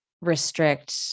restrict